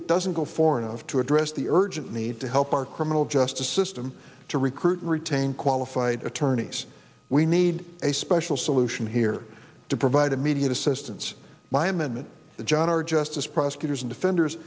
it doesn't go far enough to address the urgent need to help our criminal justice system to recruit and retain qualified attorneys we need a special solution here to provide immediate assistance by amendment to john r justice prosecutors and offenders